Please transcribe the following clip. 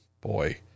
Boy